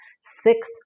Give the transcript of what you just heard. six